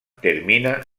termina